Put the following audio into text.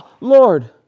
Lord